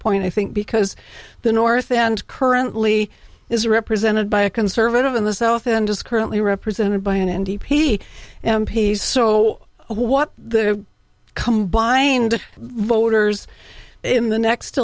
point i think because the north end currently is represented by a conservative in the south and is currently represented by an n d p m p so what the combined voters in the next